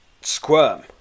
squirm